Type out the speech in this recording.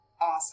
Awesome